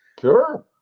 Sure